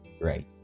right